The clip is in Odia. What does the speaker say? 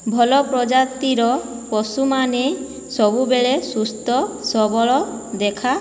ଭଲ ପ୍ରଜାତିର ପଶୁମାନେ ସବୁବେଳେ ସୁସ୍ଥ ସବଳ ଦେଖା